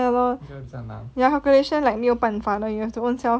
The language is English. ya lor ya calculation 没有办法 you have to ownself